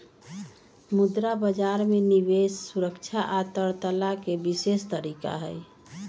मुद्रा बजार में निवेश सुरक्षा आ तरलता के विशेष तरीका हई